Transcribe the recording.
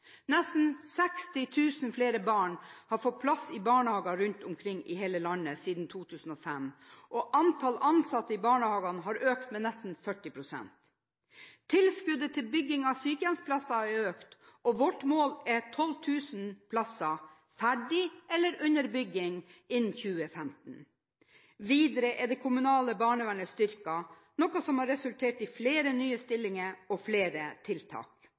Nesten 60 000 flere barn har fått plass i barnehager rundt omkring i hele landet siden 2005, og antall ansatte i barnehagene har økt med nesten 40 pst. Tilskuddet til bygging av sykehjemsplasser er økt, og vårt mål er at 12 000 plasser er ferdige eller under bygging innen 2015. Videre er det kommunale barnevernet styrket, noe som har resultert i flere nye stillinger og flere tiltak.